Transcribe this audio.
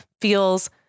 feels